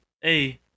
Hey